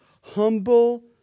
humble